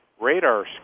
radar